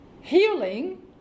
healing